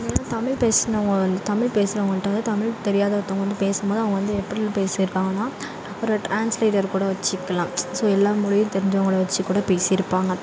முன்னடிலாம் தமிழ் பேசுனவங்க வந்து தமிழ் பேசுறவங்கள்கிட்ட வந்து தமிழ் தெரியாத ஒருத்தவங்க வந்து பேசும்போது அவங்க வந்து எப்படிலாம் பேசியிருக்காங்கனா ஒரு டிரான்ஸ்லேட்டர் கூட வெச்சுக்கலாம் ஸோ எல்லா மொழியும் தெரிஞ்சவங்களை வெச்சு கூட பேசியிருப்பாங்க